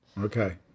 Okay